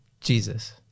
Jesus